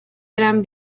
eran